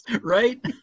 Right